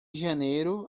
janeiro